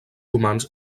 romans